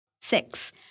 Six